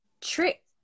Trick